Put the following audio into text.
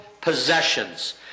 possessions